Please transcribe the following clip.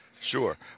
Sure